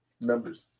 Numbers